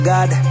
God